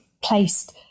placed